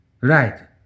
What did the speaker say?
Right